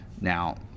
Now